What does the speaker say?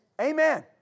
Amen